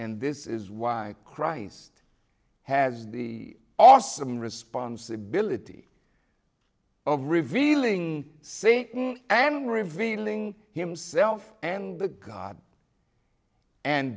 and this is why christ has the awesome responsibility of revealing same and revealing himself and the god and